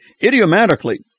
Idiomatically